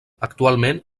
actualment